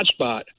hotspot